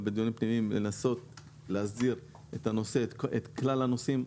כדי לנסות להסדיר את כלל הנושאים.